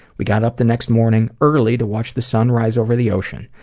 we got up the next morning early to watch the sun rise over the ocean,